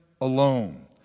alone